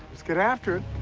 let's get after